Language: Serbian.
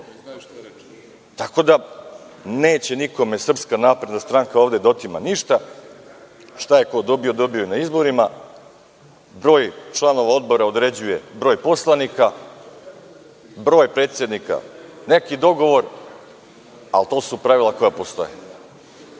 ljudi. Neće nikome SNS ovde da otima ništa, šta je ko dobio, dobio je na izborima. Broj članova odbora određuje broj poslanika, broj predsednika neki dogovor, ali to su pravila koja postoje.